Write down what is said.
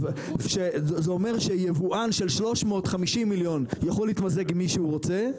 זה אומר שיבואן של 350 מיליון יכול להתמזג עם מי שהוא רוצה,